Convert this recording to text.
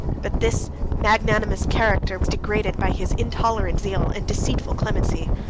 but this magnanimous character was degraded by his intolerant zeal and deceitful clemency.